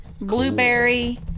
blueberry